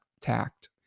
tact